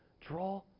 draw